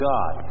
God